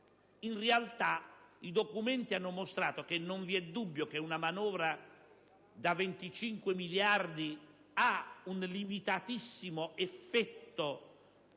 In realtà, i documenti hanno mostrato che non vi è dubbio che una manovra da 25 miliardi ha un limitatissimo effetto,